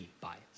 bias